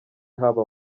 haba